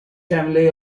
family